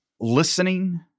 listening